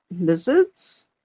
lizards